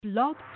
Blog